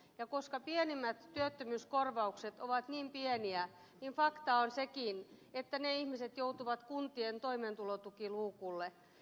ja koska pienimmät työttömyyskorvaukset ovat niin pieniä niin fakta on sekin että ihmiset joutuvat kuntien toimeentulotukiluukulle